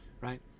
right